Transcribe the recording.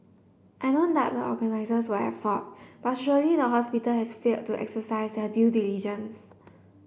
I don't doubt the organisers were at fault but surely the hospital has failed to exercise their due diligence